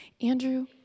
Andrew